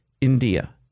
India